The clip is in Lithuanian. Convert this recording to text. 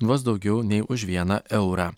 vos daugiau nei už vieną eurą